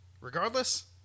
Regardless